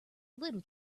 little